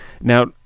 Now